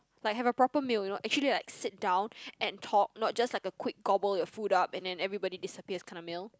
like have a proper meal you know actually like sit down and talk not just like a quick gobble your food up and then everybody disappears kinda meal